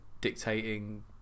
dictating